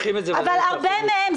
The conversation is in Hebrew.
הרבה מהם.